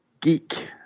Geek